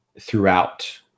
throughout